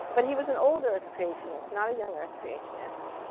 but he was an old earth creationist, not a young earth creationist.